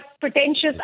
pretentious